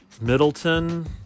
Middleton